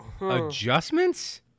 Adjustments